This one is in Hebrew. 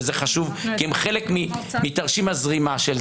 וזה חשוב, כי זה חלק מתרשים הזרימה.